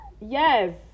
yes